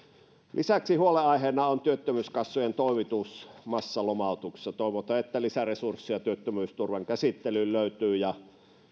lisäksi huolenaiheena on työttömyyskassojen toimiminen massalomautuksissa toivotaan että lisäresursseja työttömyysturvan käsittelyyn löytyy ja